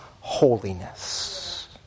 holiness